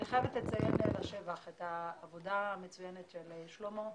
אני חייבת לציין לשבח את העבודה המצוינת של שלמה,